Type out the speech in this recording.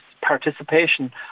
participation